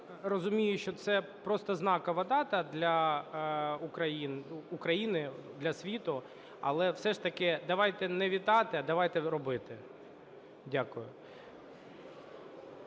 розумію, що це просто знакова дата для України, для світу. Але все ж таки давайте не вітати, а давайте робити. Дякую.